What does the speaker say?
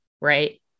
right